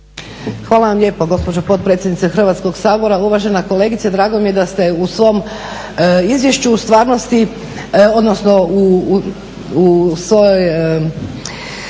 Hvala vam lijepo gospođo potpredsjednice Hrvatskog sabora. Uvažena kolegice drago mi je da ste u svom izvješću u stvarnosti odnosno u svom